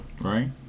right